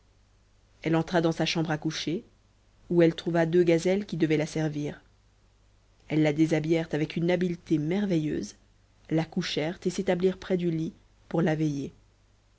elle entra dans sa chambre à coucher où elle trouva deux gazelles qui devaient la servir elles la déshabillèrent avec une habileté merveilleuse la couchèrent et s'établirent près du lit pour la veiller